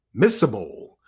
Missable